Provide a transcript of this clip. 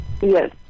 yes